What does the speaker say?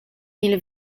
mille